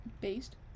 Based